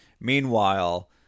Meanwhile